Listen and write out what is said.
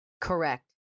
Correct